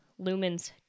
lumens